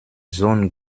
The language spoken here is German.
sohn